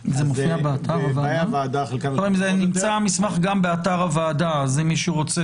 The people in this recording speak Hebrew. המסמך נמצא גם באתר הוועדה אז מי שרוצה